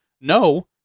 No